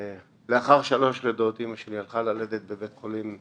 לאחר שלוש לידות אמא שלי הלכה ללדת בבית חולים,